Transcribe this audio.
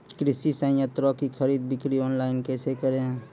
कृषि संयंत्रों की खरीद बिक्री ऑनलाइन कैसे करे?